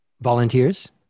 volunteers